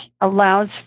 allows